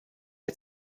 der